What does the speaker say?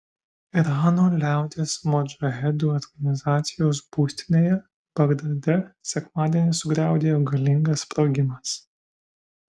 irano liaudies modžahedų organizacijos būstinėje bagdade sekmadienį sugriaudėjo galingas sprogimas